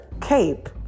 cape